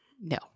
No